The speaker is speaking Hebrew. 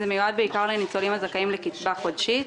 זה מיועד בעיקר לניצולים הזכאים לקצבה חודשית,